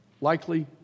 Likely